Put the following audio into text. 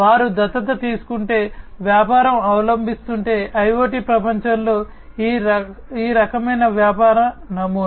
వారు దత్తత తీసుకుంటే వ్యాపారం అవలంబిస్తుంటే IoT ప్రపంచంలో ఈ రకమైన వ్యాపార నమూనా